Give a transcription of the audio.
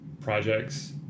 projects